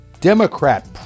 Democrat